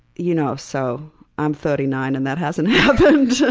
you know so i'm thirty nine and that hasn't happened,